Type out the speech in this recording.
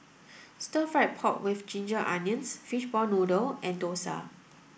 stir fried pork with ginger onions fishball noodle and Dosa